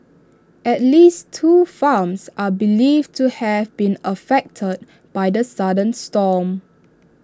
at least two farms are believed to have been affected by the sudden storm